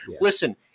Listen